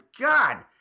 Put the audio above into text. god